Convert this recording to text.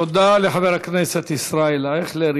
תודה לחבר הכנסת ישראל אייכלר.